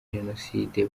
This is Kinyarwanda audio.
jenoside